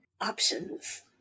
Options